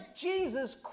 Jesus